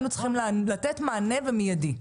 היינו צריכים לתת מענה ומענה מידי.